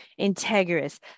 integrous